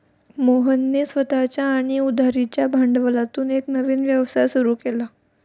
मोहनने स्वतःच्या आणि उधारीच्या भांडवलातून एक नवीन व्यवसाय सुरू केला